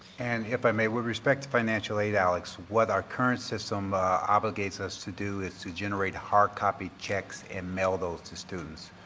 and if i may with respect to financial aid, alex, what our current system obligates us to do is to generate hard copy checks and mail those to students.